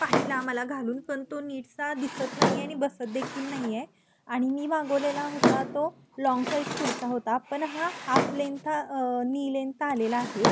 पाहिला मला घालून पण तो नीटसा दिसत नाही आहे आणि बसत देखील नाही आहे आणि मी मागवलेला होता तो लाँग साईज कुर्ता होता पण हा हाफ लेनथा नी लेंथ आलेला आहे